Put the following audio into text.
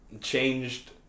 changed